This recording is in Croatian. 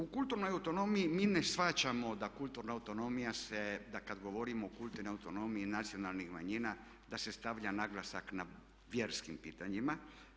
U kulturnoj autonomiji mi ne shvaćamo da kulturna autonomija se, da kad govorimo o kulturnoj autonomiji nacionalnih manjina da se stavlja naglasak na vjerskim pitanjima.